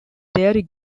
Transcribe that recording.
dairy